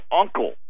uncle